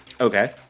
Okay